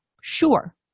sure